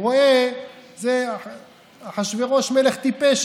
הוא רואה שאחשוורוש היה מלך טיפש,